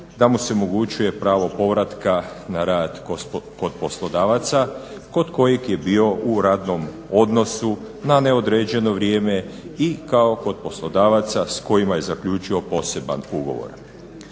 da mu se omogućuje pravo povratka na rad kod poslodavaca kod kojeg je bio u radnom odnosu na neodređeno vrijeme i kao poslodavaca s kojima je zaključio poseban ugovor.